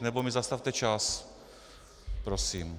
Nebo mi zastavte čas prosím.